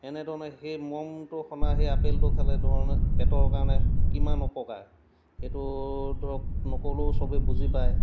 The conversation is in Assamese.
এনেধৰণে সেই মমটো সনা সেই আপেলটো খালে ধৰণে পেটৰ কাৰণে কিমান অপকাৰ সেইটো ধৰক নক'লেও চবেই বুজি পায়